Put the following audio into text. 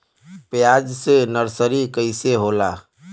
प्याज के नर्सरी कइसे होला?